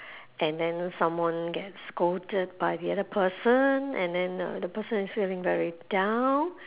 and then someone get scolded by the other person and then uh the person is feeling very down